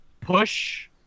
push